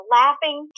laughing